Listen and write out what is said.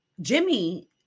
Jimmy